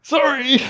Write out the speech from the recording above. Sorry